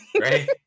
right